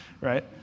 right